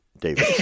David